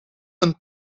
een